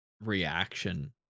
reaction